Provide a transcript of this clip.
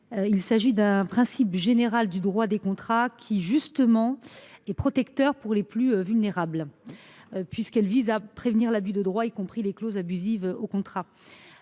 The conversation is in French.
Il s’agit d’un principe général du droit des contrats qui se trouve être plutôt protecteur pour les plus vulnérables, puisqu’il vise à prévenir l’abus de droit, y compris les clauses abusives au contrat.